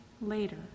later